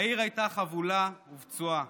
העיר הייתה חבולה ופצועה.